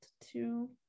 to-